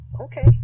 okay